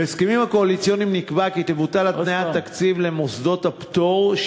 בהסכמים הקואליציוניים נקבע כי תבוטל התניית תקציב למוסדות הפטור,